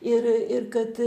ir ir kad